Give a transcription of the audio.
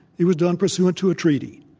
it was done pursuant to a treaty.